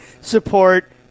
support